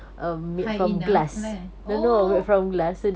high enough lah oh